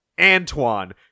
Antoine